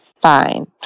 fine